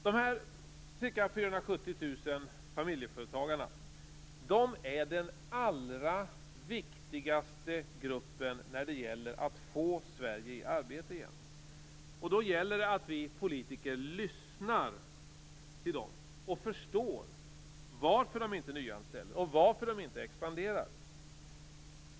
De här ca 470 000 familjeföretagarna är den allra viktigaste gruppen när det gäller att få Sverige i arbete igen. Då gäller det att vi politiker lyssnar till dem och förstår varför de inte nyanställer och expanderar.